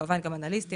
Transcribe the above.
כמובן שגם אנליסטים,